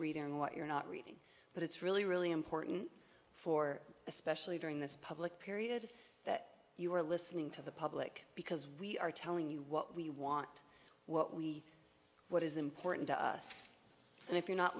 reading and what you're not reading but it's really really important for especially during this public period that you are listening to the public because we are telling you what we want what we what is important to us and if you're not